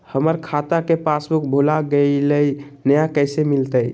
हमर खाता के पासबुक भुला गेलई, नया कैसे मिलतई?